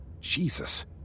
Jesus